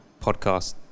podcast